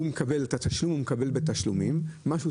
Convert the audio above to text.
הוא מקבל בתשלומים את התשלום.